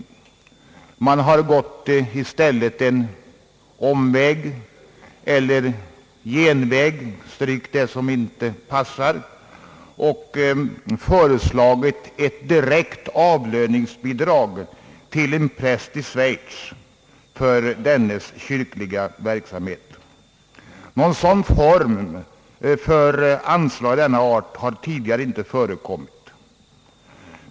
I stället har man gått en omväg eller genväg — stryk det som ej passar — och föreslagit ett direkt avlöningsbidrag till en präst i Schweiz för dennes kyrkliga verksamhet. Någon sådan form av anslag har tidigare inte förekommit.